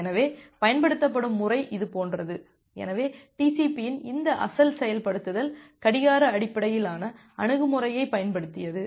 எனவே பயன்படுத்தும் முறை இது போன்றது எனவே TCP இன் இந்த அசல் செயல்படுத்தல் கடிகார அடிப்படையிலான அணுகுமுறையைப் பயன்படுத்தியது